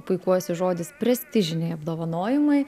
puikuojasi žodis prestižiniai apdovanojimai